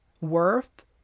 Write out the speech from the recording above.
Worth